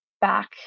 back